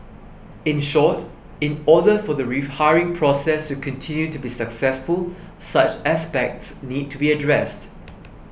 in short in order for the rehiring process to continue to be successful such aspects need to be addressed